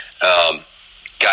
Guys